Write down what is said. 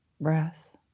breath